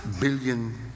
billion